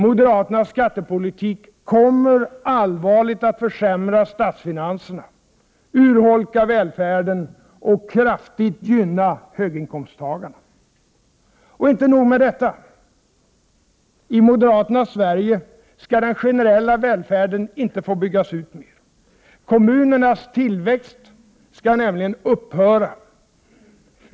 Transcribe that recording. Moderaternas skattepolitik kommer allvarligt att försämra statsfinanserna, urholka välfärden och kraftigt gynna höginkomsttagarna. Och inte nog med detta. I moderaternas Sverige skall den generella välfärden inte få byggas ut mer. Kommunernas tillväxt skall nämligen upphöra.